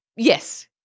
Yes